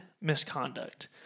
misconduct